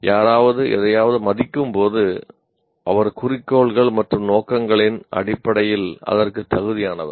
யாராவது எதையாவது மதிக்கும்போது அவர் குறிக்கோள்கள் மற்றும் நோக்கங்களின் அடிப்படையில் அதற்கு தகுதியானவர்